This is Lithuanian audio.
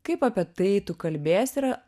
kaip apie tai tu kalbėsi yra